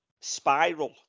Spiral